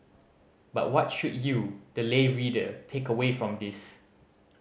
but what should you the lay reader take away from this